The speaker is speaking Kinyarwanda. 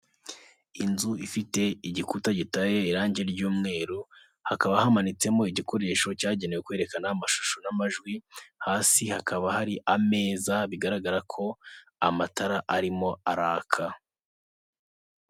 Inzu ifite igikuta gitaye irangi ry'umweru, hakaba hamanitsemo igikoresho cyagenewe kwerekana amashusho n'amajwi, hasi hakaba hari ameza bigaragara ko amatara arimo araka.